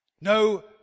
No